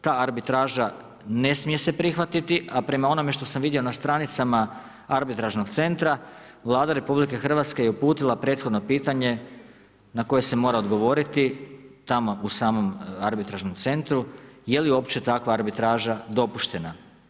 Ta arbitraža ne smije se prihvatiti a prema onome što sam vidio na stranicama arbitražnog centra, Vlada RH je uputila prethodno pitanje na koje se mora odgovoriti tamo u samom arbitražnom centru je li uopće takva arbitraža dopuštena.